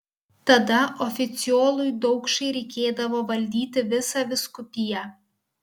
tada oficiolui daukšai reikėdavo valdyti visą vyskupiją